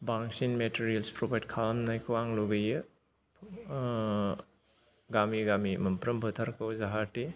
बांसिन मेटेरियेल्स प्रभाइट खालामनायखौ आं लुबोयो गामि गामि मोनफ्रोम फोथारखौ जाहाथे